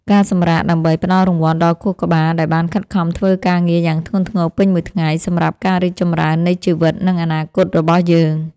ការសម្រាកដើម្បីផ្ដល់រង្វាន់ដល់ខួរក្បាលដែលបានខិតខំធ្វើការងារយ៉ាងធ្ងន់ធ្ងរពេញមួយថ្ងៃសម្រាប់ការរីកចម្រើននៃជីវិតនិងអនាគតរបស់យើង។